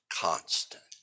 constant